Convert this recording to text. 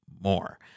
more